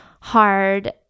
hard